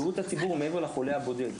בריאות הציבור מעבר לחולה הבודד,